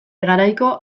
garaiko